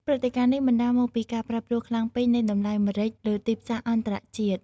ព្រឹត្តិការណ៍នេះ បណ្តាលមកពីការប្រែប្រួលខ្លាំងពេក នៃតម្លៃម្រេចលើទីផ្សារអន្តរជាតិ។